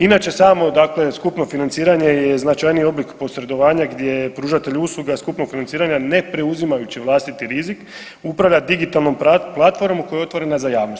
Inače samo, dakle skupno financiranje je značajniji oblik posredovanja gdje je pružatelj usluga skupnog financiranja ne preuzimajući vlastiti rizik upravlja digitalnom platformom koja je otvorena za javnost.